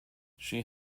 she